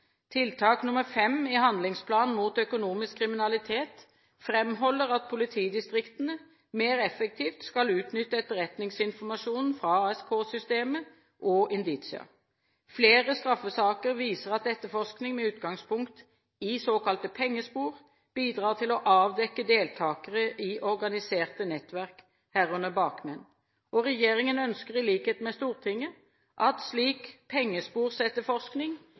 i handlingsplanen mot økonomisk kriminalitet framholder at politidistriktene mer effektivt skal utnytte etterretningsinformasjonen fra ASK-systemet og Indicia. Flere straffesaker viser at etterforskning med utgangspunkt i «pengespor» bidrar til å avdekke deltakere i organiserte nettverk, herunder bakmenn. Regjeringen ønsker, i likhet med Stortinget, at slik